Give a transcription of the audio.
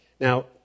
Now